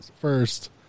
first